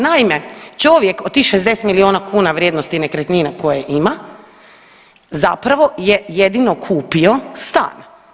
Naime, čovjek od tih 60 milijuna kuna vrijednosti nekretnina koje ima, za pravo je jedino kupio stan.